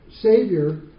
savior